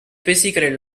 basically